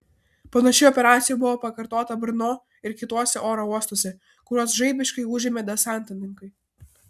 panaši operacija buvo pakartota brno ir kituose oro uostuose kuriuos žaibiškai užėmė desantininkai